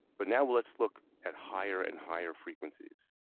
but now let's look at higher and higher frequencies.